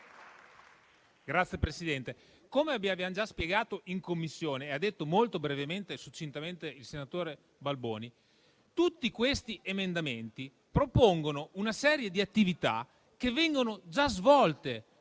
Signor Presidente, come abbiamo già spiegato in Commissione e ha detto molto succintamente il senatore Balboni, tutti questi emendamenti propongono una serie di attività che vengono già svolte,